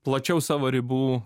plačiau savo ribų